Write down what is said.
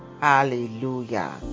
Hallelujah